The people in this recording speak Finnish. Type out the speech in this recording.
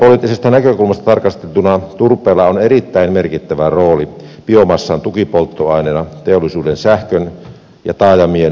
energiapoliittisesta näkökulmasta tarkasteltuna turpeella on erittäin merkittävä rooli biomassan tukipolttoaineena teollisuuden sähkön ja taajamien lämmöntuotannossa